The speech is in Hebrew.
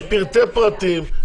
לפרטי פרטים,